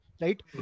right